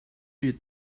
you